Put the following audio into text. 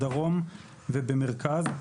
בדרום ובמרכז.